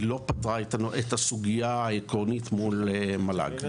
היא לא פתרה את הסוגיה העקרונית מול מל"ג.